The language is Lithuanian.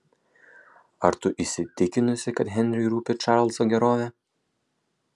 ar tu įsitikinusi kad henriui rūpi čarlzo gerovė